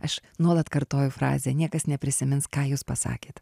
aš nuolat kartoju frazę niekas neprisimins ką jūs pasakėt